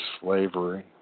slavery